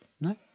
No